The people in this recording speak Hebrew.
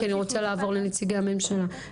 כי אני רוצה לעבור לנציגי הממשלה.